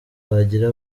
bagira